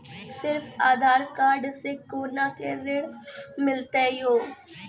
सिर्फ आधार कार्ड से कोना के ऋण मिलते यो?